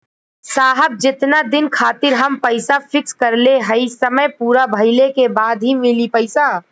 साहब जेतना दिन खातिर हम पैसा फिक्स करले हई समय पूरा भइले के बाद ही मिली पैसा?